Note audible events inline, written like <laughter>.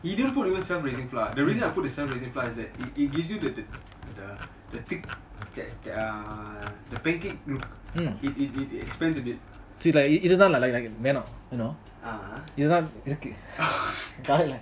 he didn't put even self raising flour the reason I put the self raising flour is that it gives you that that thick the the pancake it it it expands a bit uh uh <laughs>